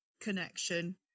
connection